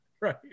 right